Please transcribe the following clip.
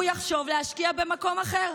הוא יחשוב להשקיע במקום אחר.